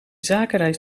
zakenreis